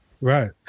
Right